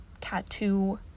tattoo